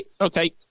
Okay